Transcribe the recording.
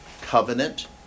Covenant